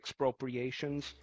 expropriations